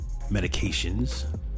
medications